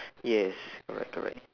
yes correct correct